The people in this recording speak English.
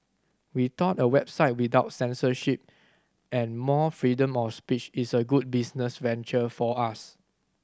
we thought a website without censorship and more freedom of speech is a good business venture for us